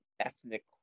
ethnic